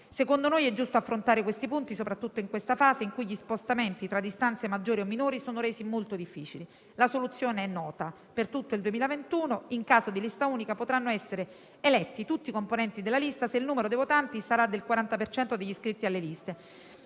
Secondo noi, è giusto affrontare questi punti, soprattutto in questa fase, in cui gli spostamenti tra distanze maggiori o minori sono resi molto difficili. La soluzione è nota: per tutto il 2021, in caso di lista unica, potranno essere eletti tutti i componenti della lista se il numero di votanti sarà del 40 per cento degli iscritti alle liste.